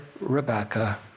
Rebecca